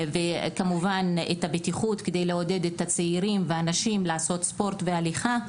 וכמובן את הבטיחות כדי לעודד את הצעירים ואנשים לעשות ספורט והליכה.